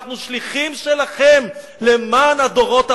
אנחנו שליחים שלכם למען הדורות הבאים,